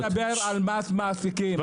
אתה מדבר על מס מעסיקים, אני לא מדבר על זה.